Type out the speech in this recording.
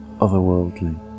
otherworldly